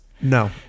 No